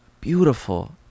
beautiful